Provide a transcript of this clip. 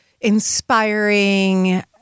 inspiring